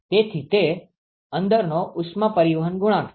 તેથી તે અંદરનો ઉષ્મા પરિવહન ગુણાંક છે